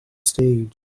stage